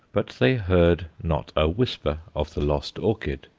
but they heard not a whisper of the lost orchid.